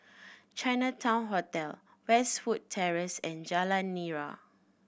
Chinatown Hotel Westwood Terrace and Jalan Nira